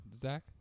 Zach